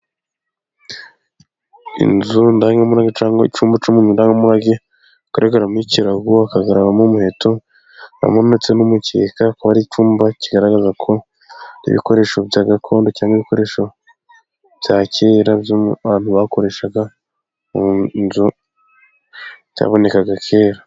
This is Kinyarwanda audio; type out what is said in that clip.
Inzu ndangamurage cyangwa icyumba cyo mu nzu ndangamurage hagaragaramo ikirago ,hagaragaramo umuheto, harimo ndetse n'umukeka. Bigaragaza ko hari icyumba kigaragaza ibikoresho bya gakondo cyangwa ibikoresho bya kera abantu bakoreshaga mu nzu byabonekaga kera.